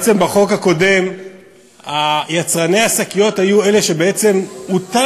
בעצם בחוק הקודם יצרני השקיות היו אלה שהוטלה